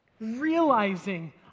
realizing